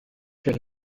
quel